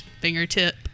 fingertip